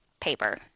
paper